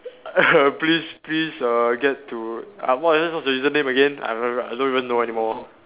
please please err get to uh what's your username again I don't remember I don't even know anymore